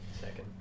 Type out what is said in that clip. second